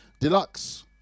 Deluxe